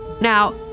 Now